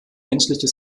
menschliche